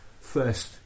first